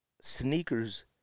sneakers